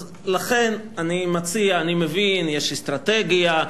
לכן אני מציע, אני מבין, יש אסטרטגיה.